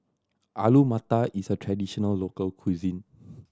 Alu Matar is a traditional local cuisine